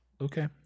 Okay